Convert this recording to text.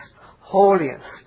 holiest